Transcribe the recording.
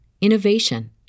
innovation